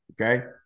Okay